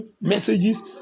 messages